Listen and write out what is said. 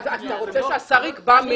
אתה רוצה שהשר יקבע?